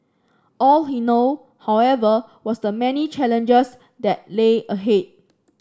all he know however was the many challenges that lay ahead